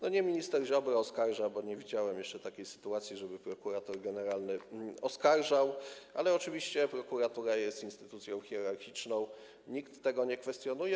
To nie minister Ziobro oskarża, bo nie widziałem jeszcze takiej sytuacji, żeby prokurator generalny oskarżał, ale oczywiście prokuratura jest instytucją hierarchiczną, nikt tego nie kwestionuje.